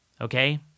okay